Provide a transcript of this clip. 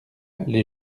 les